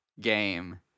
game